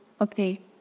Okay